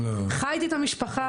חייתי את המשפחה,